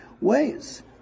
ways